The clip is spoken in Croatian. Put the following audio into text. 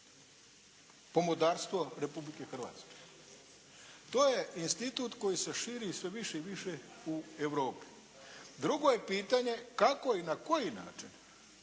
komodarstvo Republike Hrvatske. To je institut koji se širi sve više i više u Europu. Drugo je pitanje kako i na koji način